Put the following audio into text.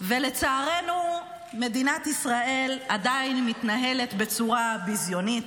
לצערנו מדינת ישראל עדיין מתנהלת בצורה ביזיונית.